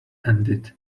ended